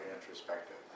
introspective